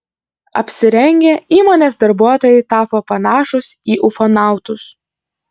apsirengę įmonės darbuotojai tapo panašūs į ufonautus